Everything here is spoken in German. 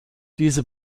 diese